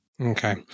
Okay